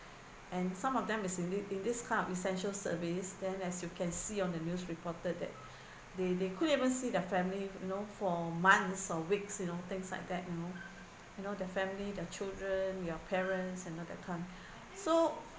and some of them to salute in this kind of essential service then as you can see on the news reported that they they couldn't even see their family you know for months or weeks you know things like that you know you know their family their children their parents and all that kind so